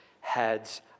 Heads